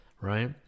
right